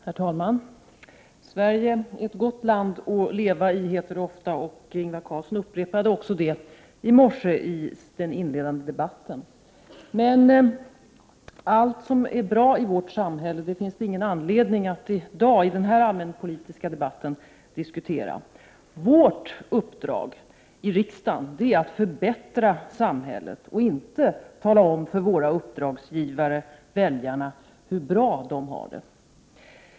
Herr talman! Sverige är ett gott land att leva i heter det ofta, och Ingvar Carlsson upprepade också det i morse i den inledande debatten. Men allt som är bra i vårt samhälle finns det ingen anledning att i dag, i denna allmänpolitiska debatt, diskutera. Vårt uppdrag i riksdagen är att förbättra samhället, inte att tala om för våra uppdragsgivare, väljarna, hur bra de har det.